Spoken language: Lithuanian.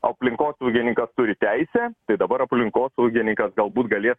aplinkosaugininkas turi teisę tai dabar aplinkosaugininkas galbūt galės